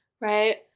right